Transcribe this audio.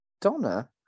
Donna